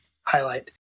highlight